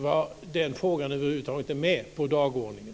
Var den frågan över huvud taget inte med på dagordningen?